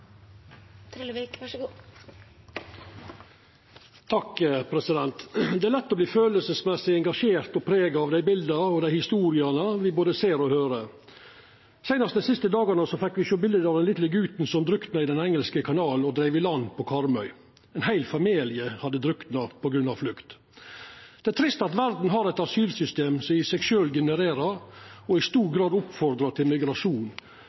lett å verta kjenslemessig engasjert og prega av dei bilda og historiene me både ser og høyrer. Seinast dei siste dagane har me sett bilde av den litle guten som drukna i Den engelske kanalen og dreiv i land på Karmøy. Ein heil familie hadde drukna på grunn av flukt. Det er trist at verda har eit asylsystem som i seg sjølv genererer og i stor grad oppfordrar til migrasjon,